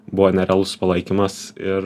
buvo nerealus palaikymas ir